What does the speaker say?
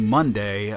Monday